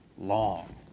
long